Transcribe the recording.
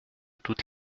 toutes